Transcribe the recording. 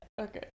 Okay